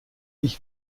ich